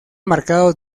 marcados